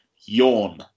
Yawn